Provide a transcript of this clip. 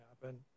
happen